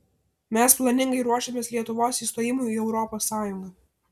mes planingai ruošėmės lietuvos įstojimui į europos sąjungą